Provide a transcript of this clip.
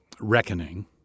reckoning